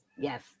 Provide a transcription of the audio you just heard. Yes